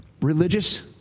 religious